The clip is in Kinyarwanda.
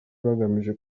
bagamije